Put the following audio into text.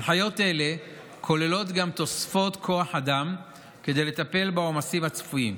הנחיות אלה כוללות גם תוספות כוח אדם כדי לטפל בעומסים הצפויים.